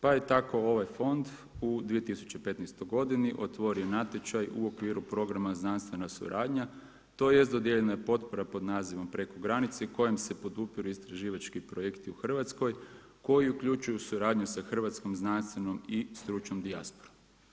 Pa je tako ovaj fond u 2015. godini otvorio natječaj u okviru Programa znanstvena suradnja, tj. dodijeljena je potpora pod nazivom preko granice kojom se podupiru istraživački projekti u Hrvatskoj koji uključuju suradnju sa Hrvatskom znanstvenom i stručnom dijasporom.